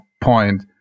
Point